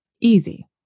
easy